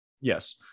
Yes